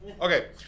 okay